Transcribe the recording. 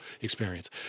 experience